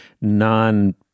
non